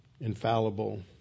infallible